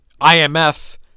IMF